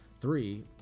Three